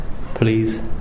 please